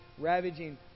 ravaging